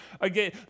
again